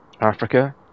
Africa